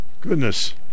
Goodness